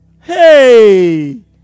Hey